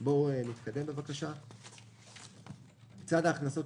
לא ארחיב על צד ההכנסות.